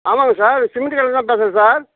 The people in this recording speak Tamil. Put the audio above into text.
ஆமாங்க சார் சிமெண்ட்டு கடையில் தான் பேசுகிறேன் சார்